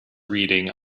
reading